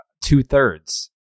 two-thirds